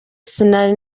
sinari